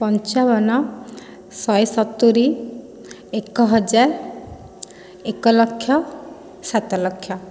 ପଞ୍ଚାବନ ଶହେ ସତୁରି ଏକ ହଜାର ଏକ ଲକ୍ଷ ସାତ ଲକ୍ଷ